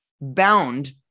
bound